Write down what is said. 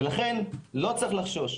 לכן לא צריך לחשוש.